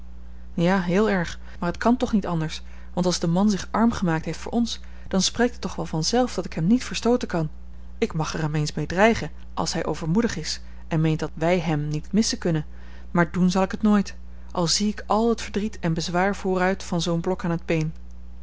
ja heel erg maar het kan toch niet anders want als de man zich arm gemaakt heeft voor ons dan spreekt het toch wel vanzelf dat ik hem niet verstooten kan ik mag hem er eens mee dreigen als hij overmoedig is en meent dat wij hem niet missen kunnen maar doen zal ik het nooit al zie ik al het verdriet en bezwaar vooruit van zoo'n blok aan het been